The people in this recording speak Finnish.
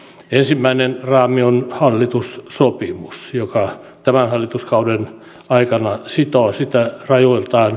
ensimmäinen raami on hallitussopimus joka tämän hallituskauden aikana sitoo sitä rajoiltaan